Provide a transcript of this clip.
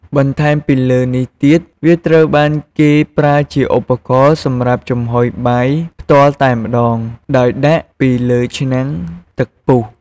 បន្ថែមពីលើនេះទៀត វាត្រូវបានគេប្រើជាឧបករណ៍សម្រាប់ចំហុយបាយផ្ទាល់តែម្ដង ដោយដាក់ពីលើឆ្នាំងទឹកពុះ។